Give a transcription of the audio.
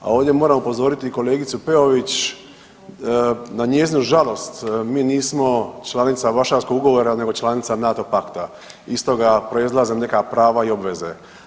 A ovdje moram upozoriti kolegicu Peović na njezinu žalost mi nismo članica Varšavskog ugovora nego članica NATO pakta, iz toga proizlaze neka prava i obveze.